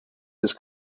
his